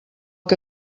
que